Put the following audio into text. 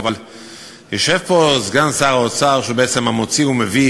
אבל יושב פה סגן שר האוצר, שהוא בעצם המוציא ומביא